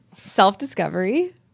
self-discovery